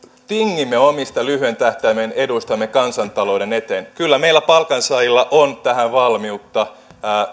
tingimme omista lyhyen tähtäimen eduistamme kansantalouden eteen kyllä meillä palkansaajilla on tähän valmiutta